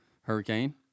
Hurricane